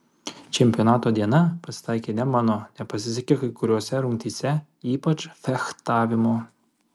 čempionato diena pasitaikė ne mano nepasisekė kai kuriose rungtyse ypač fechtavimo